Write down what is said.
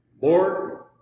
Lord